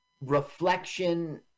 reflection